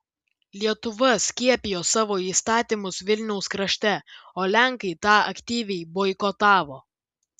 lietuva skiepijo savo įstatymus vilniaus krašte o lenkai tą aktyviai boikotavo